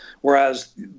Whereas